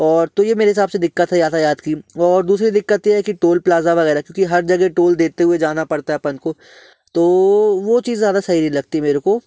और तो ये मेरे हिसाब से दिक़्क़त है यातायात की और दूसरी दिक़्क़त ये है कि टोल प्लाज़ा वगैरह क्योंकि हर जगह टोल देते हुए जाना पड़ता है अपन को तो वो चीज़ ज़्यादा सही नहीं लगती मेरे को